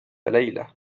ليلة